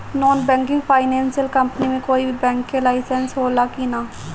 Non banking financial company मे कोई भी बैंक के लाइसेन्स हो ला कि ना?